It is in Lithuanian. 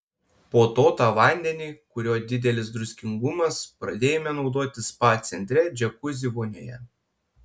po to tą vandenį kurio didelis druskingumas pradėjome naudoti spa centre džiakuzi vonioje